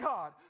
God